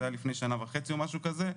זה היה לפני שנה וחצי או משהו כזה,